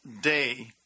day